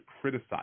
criticize